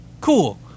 cool